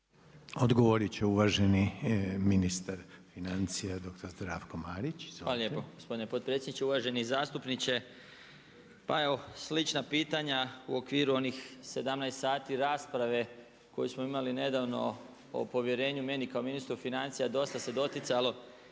Odgovorit će uvaženi ministar financija doktor Zdravko Marić, izvolite. **Marić, Zdravko** Gospodine predsjedniče, uvaženi zastupniče. Pa evo slična pitanja u okviru onih 17 sati rasprave koju smo imali nedavno o povjerenju meni kao ministru financija dosta se doticalo